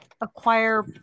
acquire